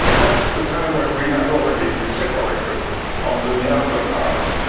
that's the time when we had already separated from the neanderthals,